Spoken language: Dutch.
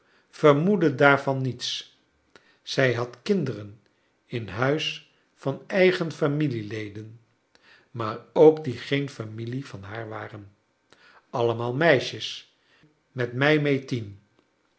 vermoedde daarvan niets zij had kinderen in huis van eigen familieleden maar ook die geen familie van haar waren allemaal meisjes met mij mee